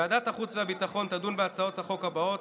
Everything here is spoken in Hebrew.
ועדת החוץ והביטחון תדון בהצעות החוק הבאות: